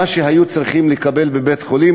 מה שהיו צריכים לקבל בבית-חולים,